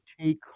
take